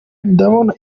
ndabona